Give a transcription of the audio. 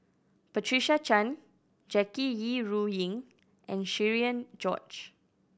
Patricia Chan Jackie Yi Ru Ying and Cherian George